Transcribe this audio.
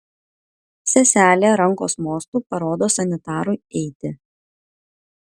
seselė rankos mostu parodo sanitarui eiti